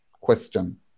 question